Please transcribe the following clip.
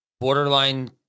borderline